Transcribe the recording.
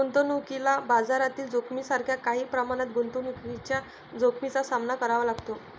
गुंतवणुकीला बाजारातील जोखमीसारख्या काही प्रमाणात गुंतवणुकीच्या जोखमीचा सामना करावा लागतो